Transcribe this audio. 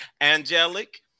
Angelic